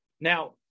Now